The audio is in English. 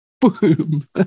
boom